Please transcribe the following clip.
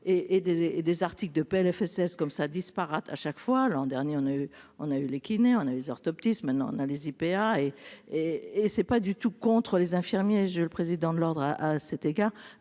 des des articles de PLFSS comme ça disparates, à chaque fois, l'an dernier, on a eu, on a eu les kinés, on a des orthoptistes, maintenant on a les IPA hé hé, et c'est pas du tout contre les infirmiers je le président de l'ordre à, à cet égard,